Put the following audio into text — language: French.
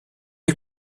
est